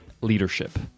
leadership